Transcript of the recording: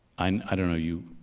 i don't know you,